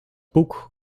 boek